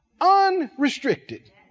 unrestricted